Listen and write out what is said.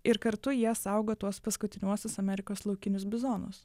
ir kartu jie saugo tuos paskutiniuosius amerikos laukinius bizonus